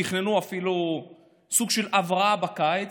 תכננו אפילו סוג של הבראה בקיץ.